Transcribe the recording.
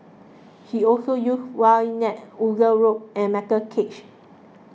he also uses wide nets wooden rod and metal cages